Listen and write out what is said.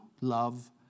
love